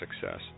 success